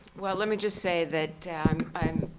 well, let me just say that i'm